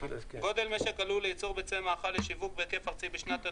גודל משק הלול לייצור ביצי מאכל לשיווק בהיקף ארצי בשנת התכנון,